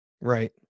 Right